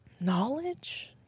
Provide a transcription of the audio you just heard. Knowledge